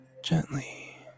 Gently